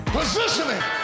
Positioning